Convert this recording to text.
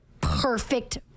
perfect